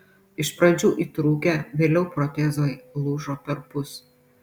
iš pradžių įtrūkę vėliau protezai lūžo perpus